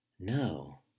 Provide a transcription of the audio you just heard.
No